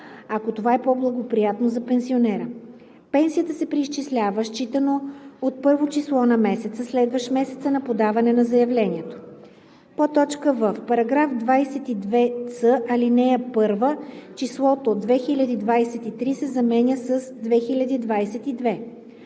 ако това е по-благоприятно за пенсионера. Пенсията се преизчислява считано от първо число на месеца, следващ месеца на подаване на заявлението.“ в) в § 22ц, ал. 1 числото „2023“ се заменя с „2022“;